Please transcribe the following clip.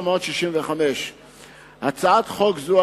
התשכ"ה 1965. בהצעת חוק זו,